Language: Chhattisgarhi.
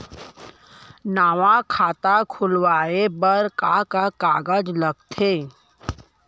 नवा खाता खुलवाए बर का का कागज लगथे?